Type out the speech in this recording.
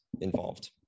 involved